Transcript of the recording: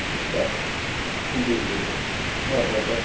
اچھا جی جی جی بہت بہتر